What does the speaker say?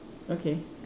okay